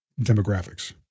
demographics